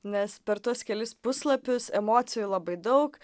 nes per tuos kelis puslapius emocijų labai daug